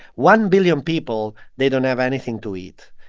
one billion people they don't have anything to eat.